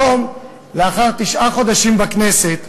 היום, לאחר תשעה חודשים בכנסת,